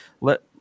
let